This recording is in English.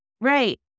Right